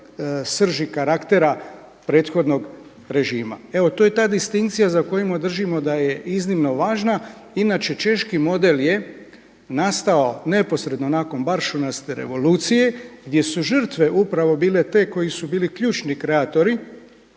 srži karaktera prethodnog režima. Evo to je ta distinkcija za koju držimo da je iznimno važna. Inače češki model je nastao neposredno nakon Baršunaste revolucije gdje su žrtve upravo bile te koji su bili ključni kreatori